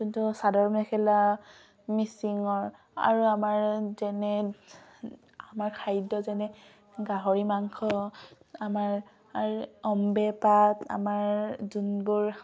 যোনটো চাদৰ মেখেলা মিচিঙৰ আৰু আমাৰ যেনে আমাৰ খাদ্য যেনে গাহৰি মাংস আমাৰ অম্বেপাত আমাৰ যোনবোৰ